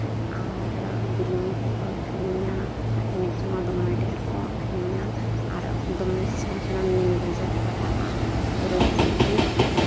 ᱟᱨ ᱵᱮᱞᱩᱱ ᱠᱚᱠᱚ ᱟᱹᱠᱷᱨᱤᱧᱟ ᱟᱨ ᱡᱚᱢᱟᱜ ᱫᱚᱢᱮ ᱰᱷᱮᱹᱨ ᱠᱚ ᱟᱹᱠᱷᱨᱤᱧᱟ ᱟᱨ ᱫᱚᱢᱮ ᱥᱮᱬᱟ ᱥᱮᱬᱟ ᱢᱤᱱᱤ ᱵᱟᱡᱟᱨ ᱞᱟᱜᱟᱜᱼᱟ ᱯᱩᱨᱟᱹ ᱢᱤᱫ